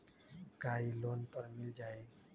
का इ लोन पर मिल जाइ?